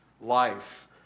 life